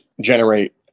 generate